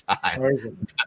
time